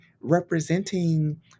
representing